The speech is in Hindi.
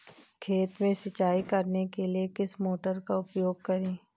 खेत में सिंचाई करने के लिए किस मोटर का उपयोग करें?